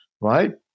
right